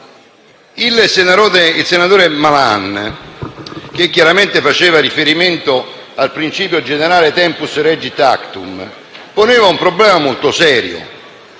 Il senatore Malan, che chiaramente faceva riferimento al principio generale *tempus regit actum*, poneva un problema molto serio.